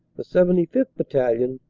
the seventy fifth. battalion,